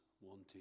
wanted